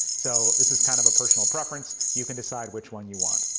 so this is kind of a personal preference. you can decide which one you want.